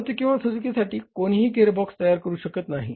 मारुती किंवा सुझुकीसाठी कोणीही गीअर बॉक्स तयार करू शकत नाही